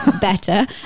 better